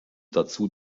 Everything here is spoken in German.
dazu